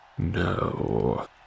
No